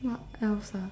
what else ah